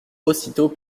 aussitôt